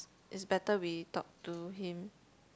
is better we talk to him